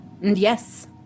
Yes